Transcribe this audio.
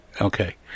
okay